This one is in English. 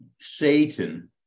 Satan